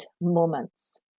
moments